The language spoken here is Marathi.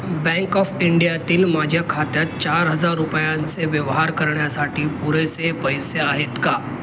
बँक ऑफ इंडियातील माझ्या खात्यात चार हजार रुपयांचे व्यवहार करण्यासाठी पुरेसे पैसे आहेत का